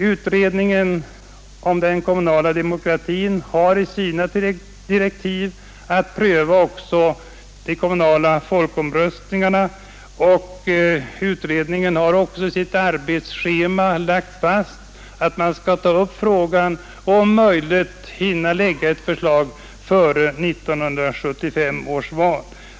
Utredningen om den kommunala demokratin har enligt sina direktiv att pröva också frågan om de kommunala folkomröstningarna, och utredningen har i sitt arbetsschema lagt fast att man skall ta upp frågan och om möjligt lägga ett förslag före 1976 års val.